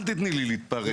אל תתני לי להתפרץ.